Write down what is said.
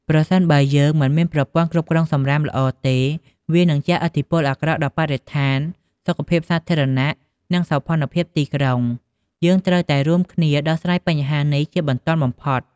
ប្រសិនបើយើងមិនមានប្រព័ន្ធគ្រប់គ្រងសំរាមល្អទេ វានឹងជះឥទ្ធិពលអាក្រក់ដល់បរិស្ថាន សុខភាពសាធារណៈ និងសោភ័ណភាពទីក្រុងយើងត្រូវតែរួមគ្នាដោះស្រាយបញ្ហានេះជាបន្ទាន់បំផុត។